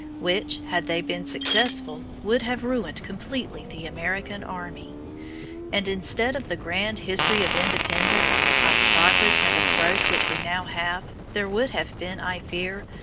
which, had they been successful, would have ruined completely the american army and instead of the grand history of independence, of progress and of growth which we now have, there would have been i fear,